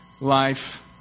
life